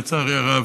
לצערי הרב,